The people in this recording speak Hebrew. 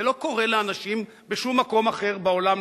זה לא קורה לאנשים בשום מקום אחר בעולם,